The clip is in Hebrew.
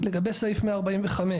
לגבי סעיף 145,